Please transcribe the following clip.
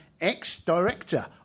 ex-Director